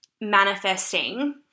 manifesting